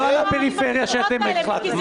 לא על הפריפריה שאתם הקפאתם.